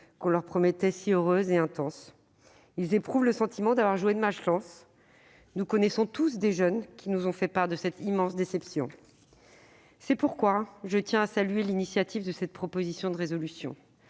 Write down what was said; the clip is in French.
qu'on leur promettait si heureuses et si intenses. Ils éprouvent le sentiment d'avoir joué de malchance. Nous connaissons tous des jeunes qui nous ont fait part de cette immense déception. C'est pourquoi je tiens à saluer l'initiative de cette proposition de résolution.